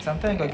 ya